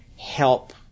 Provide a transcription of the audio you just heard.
help